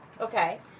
Okay